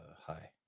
hi